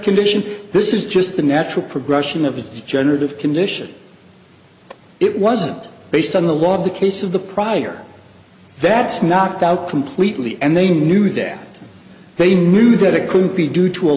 condition this is just the natural progression of the generative condition it wasn't based on the law of the case of the prior that's knocked out completely and they knew that they knew that it couldn't be due to a